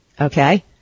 Okay